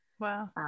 Wow